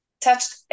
touched